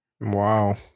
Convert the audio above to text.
Wow